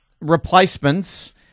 replacements